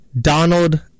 Donald